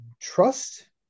trust